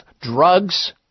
drugs